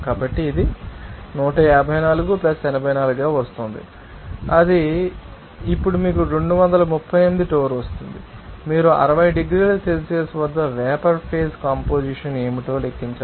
కాబట్టి ఇది 154 84 గా వస్తోంది అది ఇప్పుడు మీకు 238 టోర్ ఇస్తుంది మీరు 60 డిగ్రీల సెల్సియస్ వద్ద వేపర్ ఫేజ్ కంపొజిషన్ ఏమిటో లెక్కించాలి